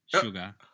Sugar